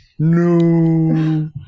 No